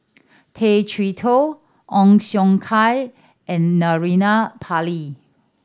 Tay Chee Toh Ong Siong Kai and Naraina Pillai